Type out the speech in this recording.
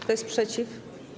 Kto jest przeciw?